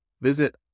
Visit